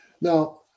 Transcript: Now